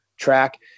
track